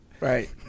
right